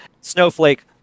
Snowflake